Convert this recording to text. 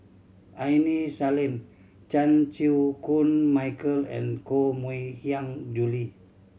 Aini Salim Chan Chew Koon Michael and Koh Mui Hiang Julie